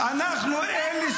מה למדינת ישראל?